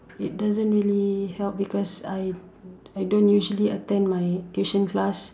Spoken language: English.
it doesn't really help because I I don't usually attend my tuition class